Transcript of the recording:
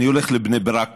אני הולך לבני ברק